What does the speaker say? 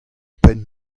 penn